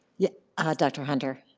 yeah ah dr. hunter?